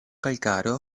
calcareo